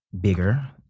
Bigger